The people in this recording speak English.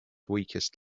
weakest